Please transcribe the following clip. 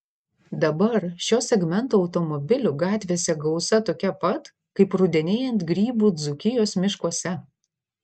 dabar šio segmento automobilių gatvėse gausa tokia pat kaip rudenėjant grybų dzūkijos miškuose